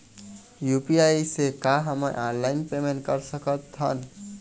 UPI से का हमन ऑनलाइन पेमेंट कर सकत हन?